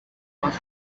wars